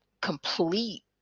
complete